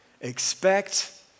Expect